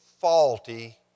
faulty